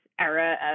era